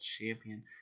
champion